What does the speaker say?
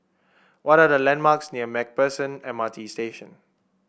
what are the landmarks near MacPherson M R T Station